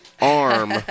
arm